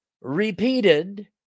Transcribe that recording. repeated